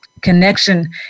Connection